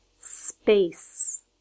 Space